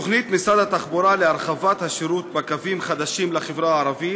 בתוכנית משרד התחבורה להרחבת השירות בקווים חדשים לחברה הערבית,